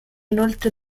inoltre